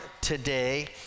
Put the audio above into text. today